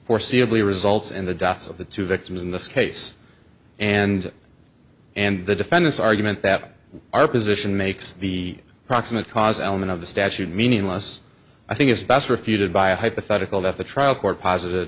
foreseeable results in the deaths of the two victims in this case and and the defendant's argument that our position makes the proximate cause element of the statute meaningless i think it's best refuted by a hypothetical that the trial court posit